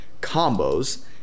combos